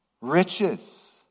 Riches